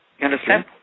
understand